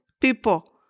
people